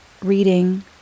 reading